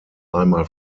einmal